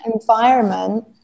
environment